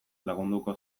lagunduko